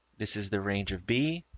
this is the range of b.